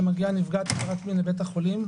כשמגיעה נפגעת עם עבירת מין לבית החולים,